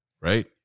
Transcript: right